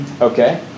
Okay